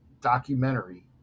documentary